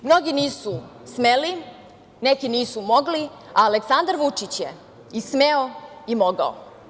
Mnogi nisu smeli, neki nisu mogli, a Aleksandar Vučić je i smeo i mogao.